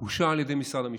אושר על ידי משרד המשפטים.